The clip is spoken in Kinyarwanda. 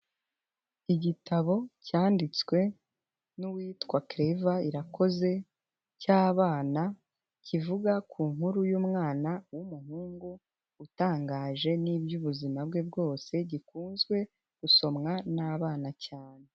Igitabo cyanditswe n'uwitwa Kereva Irakoze, cy'abana kivuga ku nkuru y'umwana w'umuhungu, utangaje n'iby'ubuzima bwe bwose gikunzwe gusomwa n'abana cyane.